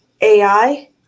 ai